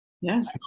Yes